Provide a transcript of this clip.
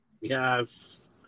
Yes